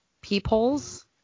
peepholes